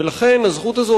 ולכן הזכות הזאת,